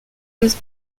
must